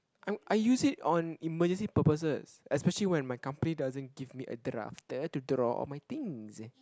I I use it on emergency purposes especially when my company doesn't give me a drafter to draw all my things